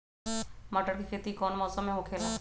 मटर के खेती कौन मौसम में होखेला?